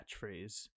catchphrase